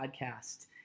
podcast